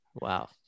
Wow